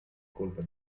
colpa